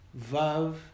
Vav